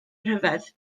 rhyfedd